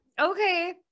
okay